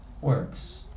works